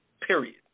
Period